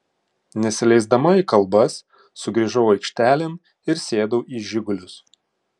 nesileisdama į kalbas sugrįžau aikštelėn ir sėdau į žigulius